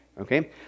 Okay